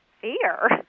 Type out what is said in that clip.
fear